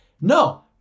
no